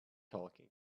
talking